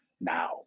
now